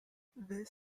this